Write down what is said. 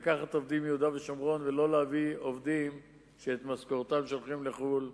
לקחת עובדים מיהודה ושומרון ולא להביא עובדים שאת משכורתם שולחים לחו"ל.